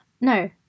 no